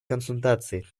консультаций